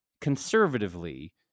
conservatively